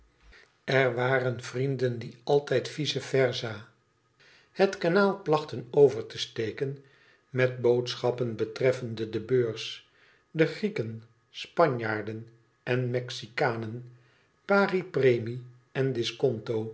r waren vrienden die altijd vice versa het kanaal plachten over te steken met boodschappen betreffende de beurs de grieken spanjaarden mexicanen pari premie en disconto